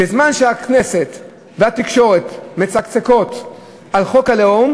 "בזמן שהכנסת והתקשורת מצקצקות על חוק הלאום